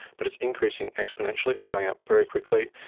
but it's increasing exponentially. it's going up very quickly.